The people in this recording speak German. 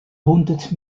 hundert